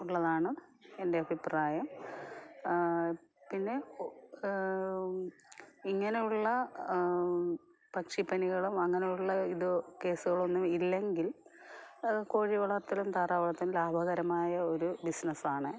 ഉള്ളതാണ് എൻ്റെ അഭിപ്രായം പിന്നെ ഇങ്ങനെയുള്ള പക്ഷിപ്പനികളും അങ്ങനെയുള്ള ഇതോ കേസുകളൊന്നും ഇല്ലെങ്കിൽ കോഴി വളർത്തലും താറാവ് വളർത്തലും ലാഭകരമായ ഒരു ബിസ്നസ്സ് ആണ്